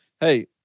hey